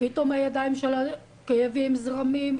פתאום הידיים שלה עם כאבים וזרמים.